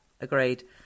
agreed